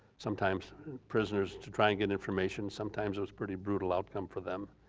sometimes prisoners to try and get information, sometimes it was pretty brutal outcome for them.